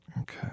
Okay